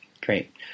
Great